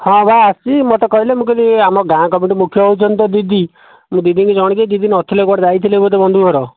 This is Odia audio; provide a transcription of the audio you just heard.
ହଁ ବା ଆସିଛି ମୋତେ କହିଲେ ମୁଁ କହିଲି ଆମ ଗାଁ କମିଟି ମୁଖ୍ୟ ହେଉଛନ୍ତି ତ ଦିଦି ମୁଁ ଦିଦିଙ୍କି ଜଣାଇକି ଦିଦି ନ ଥିଲେ କୁଆଡ଼େ ଯାଇଥିଲେ ବୋଧେ ବନ୍ଧୁ ଘର